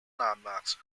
landmarks